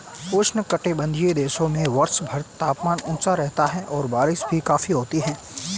उष्णकटिबंधीय देशों में वर्षभर तापमान ऊंचा रहता है और बारिश भी काफी होती है